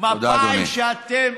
תודה, אדוני.